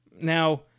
Now